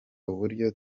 uburyo